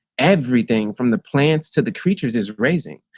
everything from the plants to the creatures is raising.